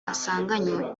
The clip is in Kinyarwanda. asanganywe